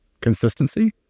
consistency